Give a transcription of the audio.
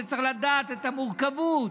שצריך לדעת את המורכבות,